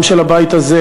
גם של הבית הזה,